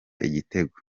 igitego